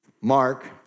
Mark